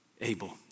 Abel